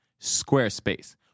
Squarespace